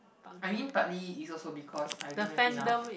I mean partly is also because I don't have enough